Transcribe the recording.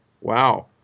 Wow